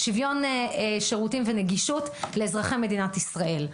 שוויון שירותי ונגישות לאזרחי מדינת ישראל.